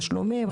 תשלומים,